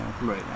right